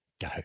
Go